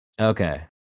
Okay